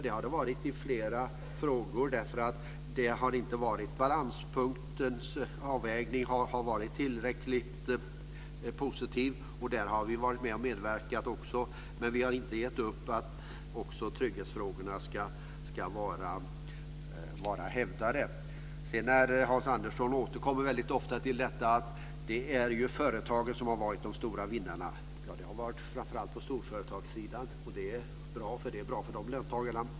Det har det varit i flera frågor därför att balanspunktens avvägning har varit tillräckligt positiv. Där har vi varit med och medverkat. Men vi har inte gett upp kravet att också trygghetsfrågorna ska var hävdade. Hans Andersson återkommer ofta till detta att det är företagen som har varit de stora vinnarna. Ja, framför allt när det gäller storföretagen. Och det är bra, för det är bra för de löntagarna.